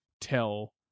tell